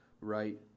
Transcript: right